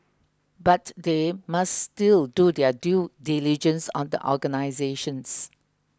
but they must still do their due diligence on the organisations